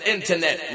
Internet